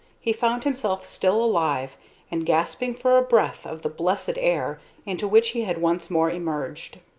he found himself still alive and gasping for a breath of the blessed air into which he had once more emerged.